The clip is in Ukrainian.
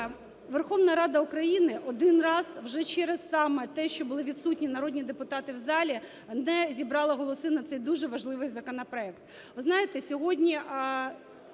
Верховна Рада України один раз вже саме через те, що були відсутні народні депутати в залі, не зібрала голоси на цей дуже важливий законопроект.